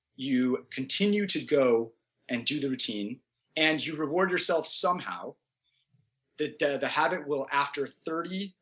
you continue to go and do the routine and you reward yourself somehow that the the habit, will after thirty,